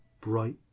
Bright